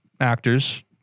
actors